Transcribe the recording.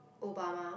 Obama